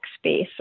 space